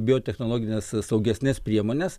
biotechnologines saugesnes priemones